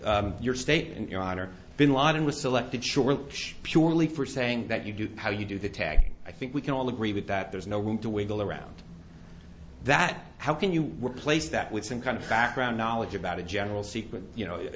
to your state and your honor bin laden was selected surely surely for saying that you do how you do the tagging i think we can all agree with that there's no room to wiggle around that how can you were placed that with some kind of background knowledge about a general secret you know a